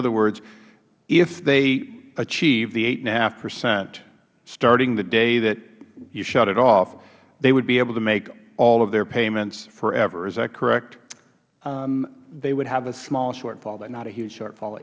other words if they achieve the eight point five percent starting the day that you shut it off they would be able to make all of their payments forever is that correct mister novy marx they would have a small shortfall but not a huge shortfall